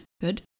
good